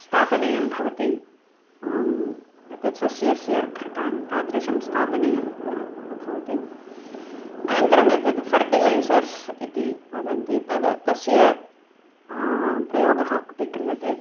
स्थापनीयं भवति एतद् सस्यस्य घटान् तादृशं स्थापनीयं भवति अनन्तरम् एतद् फ़र्टिलैसर्स् इति वदन्ति तद् तस्य प्रयोगः अपि क्रियते